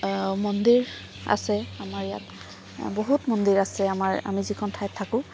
মন্দিৰ আছে আমাৰ ইয়াত বহুত মন্দিৰ আছে আমাৰ আমি যিখন ঠাইত থাকোঁ